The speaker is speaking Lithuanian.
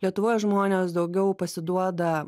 lietuvoje žmonės daugiau pasiduoda